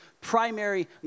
primary